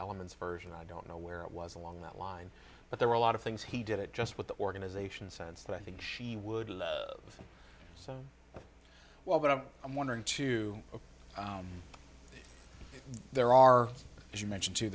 elements version i don't know where it was along that line but there were a lot of things he did it just with the organization sense that i think she would love so well but i'm wondering too there are as you mention